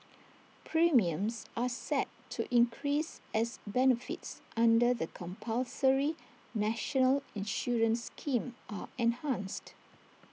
premiums are set to increase as benefits under the compulsory national insurance scheme are enhanced